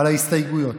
על ההסתייגויות.